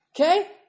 Okay